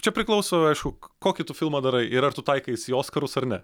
čia priklauso aišku kokį tu filmą darai ir ar tu taikaisi į oskarus ar ne